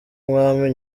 umwami